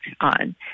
on